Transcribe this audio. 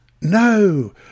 No